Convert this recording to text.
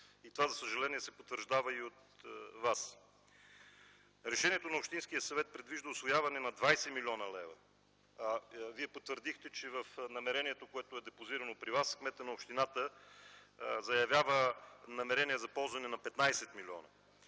Това, за съжаление, се потвърждава и от Вас. Решението на Общинския съвет предвижда усвояване на 20 млн. лв. Вие потвърдихте, че в намерението, което е депозирано при Вас, кметът на общината заявява намерение за ползване на 15 милиона.